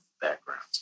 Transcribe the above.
backgrounds